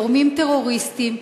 גורמים טרוריסטיים,